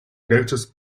notice